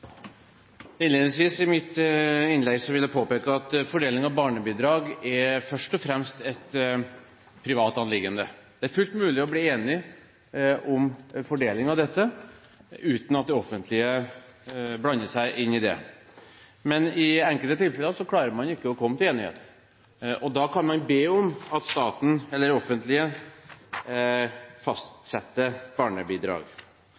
Innledningsvis i mitt innlegg vil jeg påpeke at fordeling av barnebidrag først og fremst er et privat anliggende. Det er fullt mulig å bli enige om fordeling av dette uten at det offentlige blander seg inn, men i enkelte tilfeller klarer man ikke å komme til enighet, og da kan man be om at staten – eller det offentlige